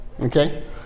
Okay